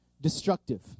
destructive